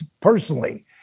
personally